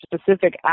specific